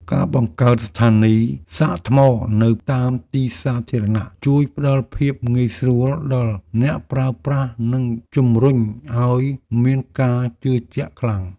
ការបង្កើតស្ថានីយសាកថ្មនៅតាមទីសាធារណៈជួយផ្ដល់ភាពងាយស្រួលដល់អ្នកប្រើប្រាស់និងជំរុញឱ្យមានការជឿជាក់ខ្លាំង។